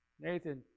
Nathan